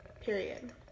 Period